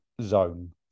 zone